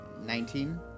Nineteen